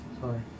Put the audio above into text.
Sorry